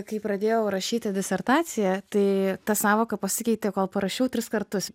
kai pradėjau rašyti disertaciją tai ta sąvoka pasikeitė kol parašiau tris kartus